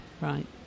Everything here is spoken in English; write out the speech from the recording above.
Right